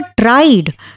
tried